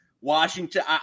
Washington